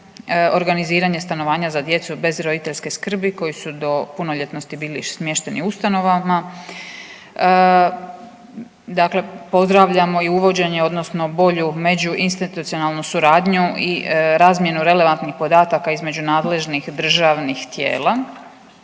organiziranje stanovanja za djecu bez roditeljske skrbi koji su do punoljetnosti bili smješteni u ustanovama. Dakle, pozdravljamo i uvođenje odnosno bolju međuinstitucionalnu suradnju i razmjenu relevantnih podataka između nadležnih državnih tijela,